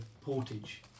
portage